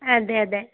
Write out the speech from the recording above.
അതെയതെ